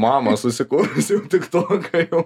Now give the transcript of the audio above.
mama susikūrusi jau tik toką jau